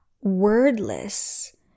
wordless